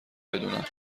بدونم